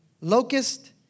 locust